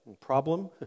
problem